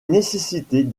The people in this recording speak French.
nécessitait